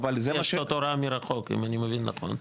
פשוט הוראה מרחוק אם אני מבין נכון.